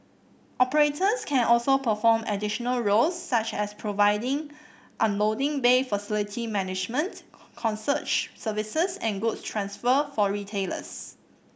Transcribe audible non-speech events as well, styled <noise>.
operators can also perform additional roles such as providing unloading bay facility management <unintelligible> concierge services and good transfer for retailers